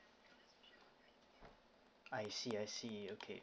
I see I see okay